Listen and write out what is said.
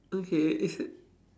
okay is it